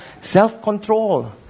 Self-control